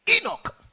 Enoch